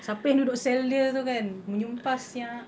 siapa yang duduk cell dia tu kan menyumpah siak